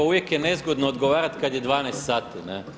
Uvijek je nezgodno odgovarati kad je 12,00 sati.